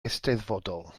eisteddfodol